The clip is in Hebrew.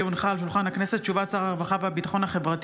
כי הונחה על שולחן הכנסת הודעת שר הרווחה והביטחון החברתי